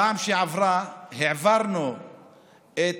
בפעם שעברה העברנו את